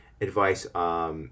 advice